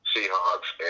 Seahawks